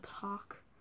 talk